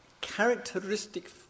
characteristic